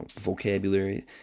vocabulary